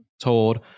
told